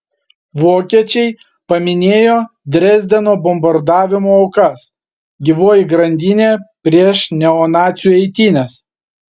vokiečiai paminėjo dresdeno bombardavimo aukas gyvoji grandinė prieš neonacių eitynes